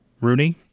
Rooney